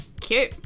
Cute